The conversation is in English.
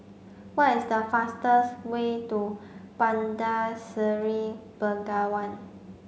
what is the fastest way to Bandar Seri Begawan